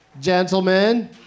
Gentlemen